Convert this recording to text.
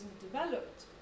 developed